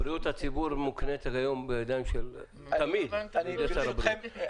בריאות הציבור מוקנית היום תמיד בידיים של שר הבריאות.